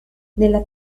nella